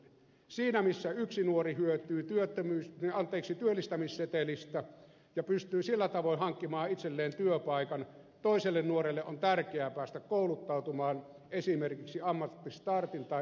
siinä missä yksi nuori hyötyy työllistämissetelistä ja pystyy sillä tavoin hankkimaan itselleen työpaikan toiselle nuorelle on tärkeää päästä kouluttautumaan esimerkiksi ammatti startin tai oppisopimuksen avulla